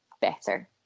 better